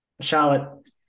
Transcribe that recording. Charlotte